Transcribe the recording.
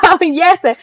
yes